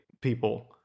people